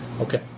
okay